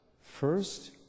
first